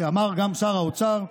אמר גם שר האוצר,